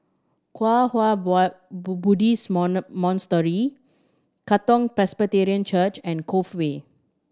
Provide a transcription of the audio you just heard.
Kwang Hua Boy Buddhist Monastery Katong Presbyterian Church and Cove Way